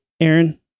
Aaron